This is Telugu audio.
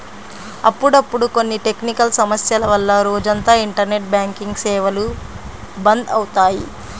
అప్పుడప్పుడు కొన్ని టెక్నికల్ సమస్యల వల్ల రోజంతా ఇంటర్నెట్ బ్యాంకింగ్ సేవలు బంద్ అవుతాయి